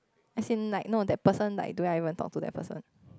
as in like not that person like do not even had talked to that person